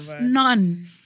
none